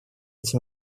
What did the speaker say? эти